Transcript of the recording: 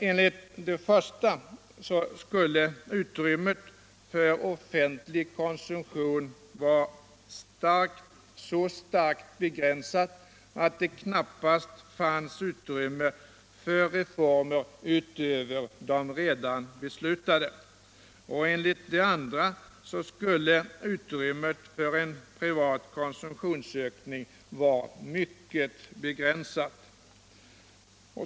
Enligt det första alternativet skulle utrymmet för offentlig konsumtion vara så starkt begriänsat att det knappast fanns plats för reformer utöver de redan beslutade, och enligt det andra skulle utrymmet för en privat konsumtionsökning vara mycket begränsat.